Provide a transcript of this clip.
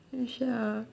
you sure ah